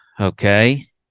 okay